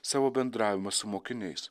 savo bendravimą su mokiniais